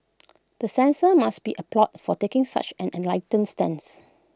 the censors must be applauded for taking such an enlightened stance